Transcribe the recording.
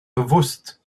bewusst